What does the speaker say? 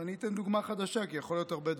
ואני אתן דוגמה חדשה, כי יכולים להיות הרבה דברים.